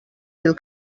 mil